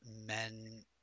men